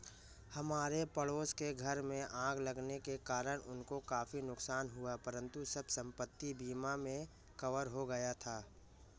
हमारे पड़ोस के घर में आग लगने के कारण उनको काफी नुकसान हुआ परंतु सब संपत्ति बीमा में कवर हो गया था